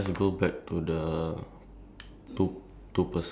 okay wait the shirtless yes